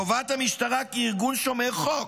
טובת המשטרה, כארגון שומר חוק,